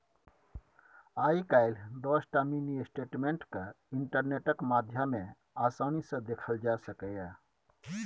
आइ काल्हि दसटा mini statement केँ इंटरनेटक माध्यमे आसानी सँ देखल जा सकैए